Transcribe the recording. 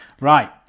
Right